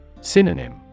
Synonym